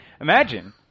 imagine